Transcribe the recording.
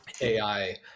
AI